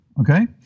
okay